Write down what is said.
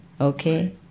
Okay